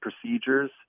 procedures